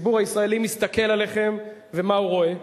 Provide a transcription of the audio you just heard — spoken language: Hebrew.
הציבור הישראלי מסתכל עליכם, ומה הוא רואה?